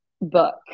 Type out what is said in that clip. book